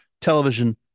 television